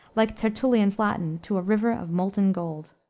like tertullian's latin, to a river of molten gold.